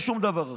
בשום דבר אחר.